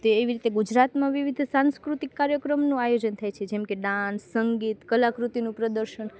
તે એવી રીતે ગુજરાતમાં વિવિધ સાંસ્કૃતિક કાર્યક્રમનું આયોજન થાય છે જેમ કે ડાન્સ સંગીત કળાકૃતિનું પ્રદર્શન